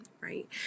Right